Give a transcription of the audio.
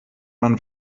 man